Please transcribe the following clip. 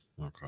Okay